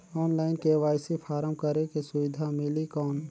Online KYC form करेके सुविधा मिली कौन?